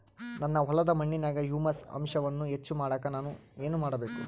ನನ್ನ ಹೊಲದ ಮಣ್ಣಿನಾಗ ಹ್ಯೂಮಸ್ ಅಂಶವನ್ನ ಹೆಚ್ಚು ಮಾಡಾಕ ನಾನು ಏನು ಮಾಡಬೇಕು?